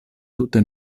tute